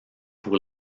pour